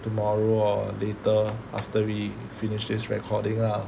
tomorrow or later after we finish this recording lah